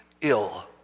ill